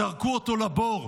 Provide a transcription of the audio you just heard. זרקו אותו לבור.